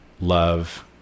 love